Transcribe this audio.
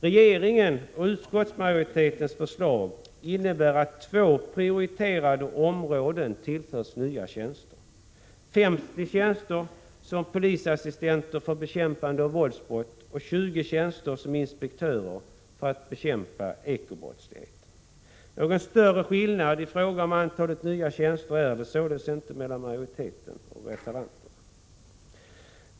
Regeringens och utskottsmajoritetens förslag innebär att två prioriterade områden tillförs nya tjänster: 50 tjänster som polisassistenter för bekämpande av våldsbrott och 20 tjänster som inspektörer för att bekämpa ekobrottslighet. Några större skillnader i fråga om antalet nya tjänster är det således inte mellan majoriteten och reservanterna.